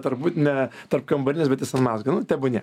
tarbūt ne tarp kambarinės bet visam mazgui nu tebūnie